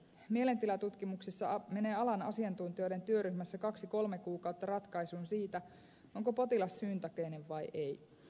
mielentilatutkimuksissa menee alan asiantuntijoiden työryhmässä kaksi kolme kuukautta ratkaisuun siitä onko potilas syyntakeinen vai ei